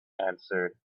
answered